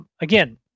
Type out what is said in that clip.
again